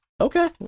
Okay